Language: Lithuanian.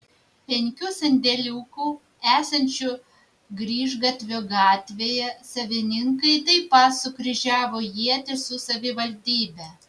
penkių sandėliukų esančių grįžgatvio gatvėje savininkai taip pat sukryžiavo ietis su savivaldybe